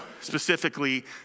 specifically